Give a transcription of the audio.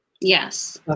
Yes